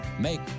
Make